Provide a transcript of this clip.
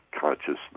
consciousness